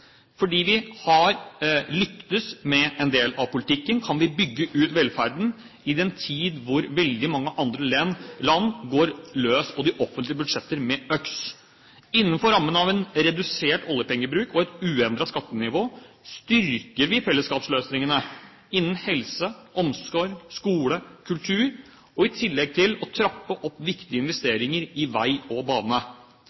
Fordi vi har lyktes med en del av politikken, kan vi bygge ut velferden i en tid hvor veldig mange andre land går løs på de offentlige budsjettene med øks. Innenfor rammen av en redusert oljepengebruk og et uendret skattenivå styrker vi fellesskapsløsningene innen helse, omsorg, skole og kultur, i tillegg til å trappe opp viktige